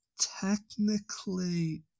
Technically